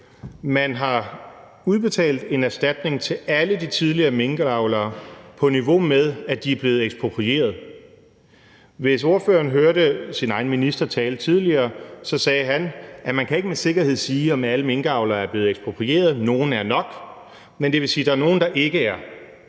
Man har udbetalt en erstatning til alle de tidligere minkavlere, der er på niveau med, at de er blevet eksproprieret. Hvis ordføreren hørte sin egen minister tale tidligere, ville han have hørt, at han sagde, at man ikke med sikkerhed kan sige, om alle minkavlere er blevet eksproprieret, men at nogle nok er. Det vil sige, at der er nogle, der ikke er